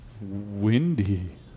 windy